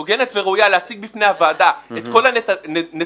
הוגנת וראויה להציג בפני הוועדה את כל הנתונים,